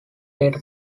data